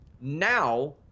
now